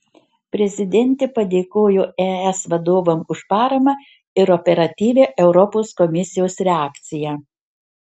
prezidentė padėkojo es vadovams už paramą ir operatyvią europos komisijos reakciją